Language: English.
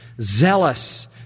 zealous